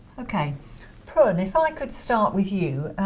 okay prun, if i could start with you,